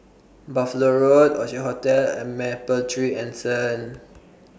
Buffalo Road Orchard Hotel and Mapletree Anson